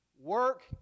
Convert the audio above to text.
Work